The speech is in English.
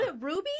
Ruby